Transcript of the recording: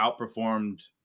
outperformed